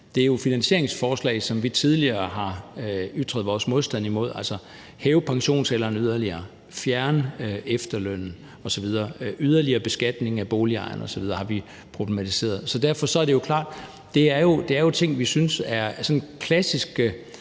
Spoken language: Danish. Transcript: er jo nogle, vi tidligere har ytret vores modstand mod. At hæve pensionsalderen yderligere, at fjerne efterlønnen, en yderligere beskatning af boligejerne osv. har vi problematiseret. Derfor er det jo klart, at vi synes, at